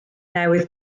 newydd